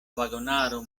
vagonaro